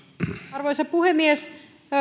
arvoisa puhemies